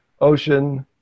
ocean